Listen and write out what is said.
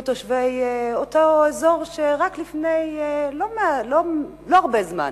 תושבי אותו אזור שרק לפני לא הרבה זמן